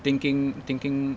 thinking thinking